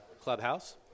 Clubhouse